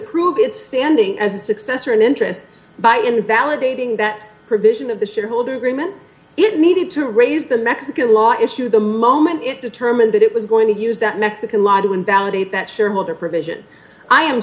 prove it standing as a successor in interest by invalidating that provision of the shareholder agreement it needed to raise the mexican law issue the moment it determined that it was going to use that mexican law to invalidate that shareholder provision i am